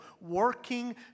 working